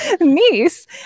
Niece